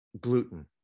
gluten